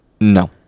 No